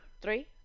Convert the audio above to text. Three